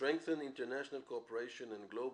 "strengthening international cooperation and global